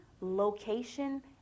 location